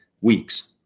weeks